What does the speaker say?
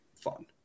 fun